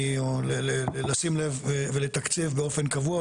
או מלשים לב ולתקצב באופן קבוע.